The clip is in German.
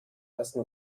ersten